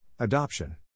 Adoption